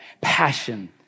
Passion